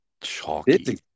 chalky